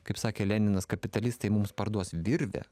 kaip sakė leninas kapitalistai mums parduos virvę